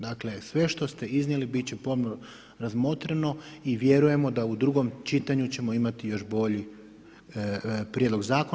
Dakle sve što ste iznijeli bit će pomno razmotreno i vjerujemo da u drugom čitanju ćemo imati još bolji prijedlog zakona.